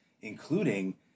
Including